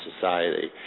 society